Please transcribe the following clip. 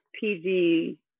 PG